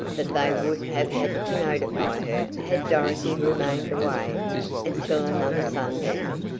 that they would have had to notify her had dorothy remained away until another sundown.